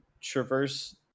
traverse